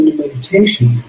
meditation